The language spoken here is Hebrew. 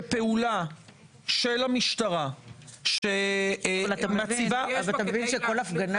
שפעולה של המשטרה --- אבל אתה מבין שכל הפגנה